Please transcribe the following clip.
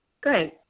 Good